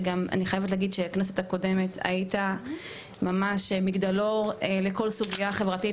שגם אני חייבת להגיד שבכנסת הקודמת היית ממש מגדלור לכל סוגיה חברתית,